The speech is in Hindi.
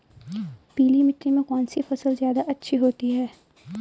पीली मिट्टी में कौन सी फसल ज्यादा अच्छी होती है?